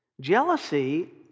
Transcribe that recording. Jealousy